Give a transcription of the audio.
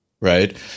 Right